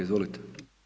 Izvolite.